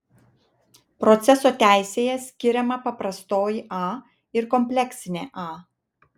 proceso teisėje skiriama paprastoji a ir kompleksinė a